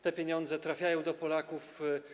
Te pieniądze trafiają do Polaków.